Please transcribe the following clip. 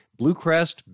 Bluecrest